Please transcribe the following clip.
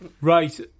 Right